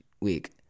week